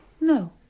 No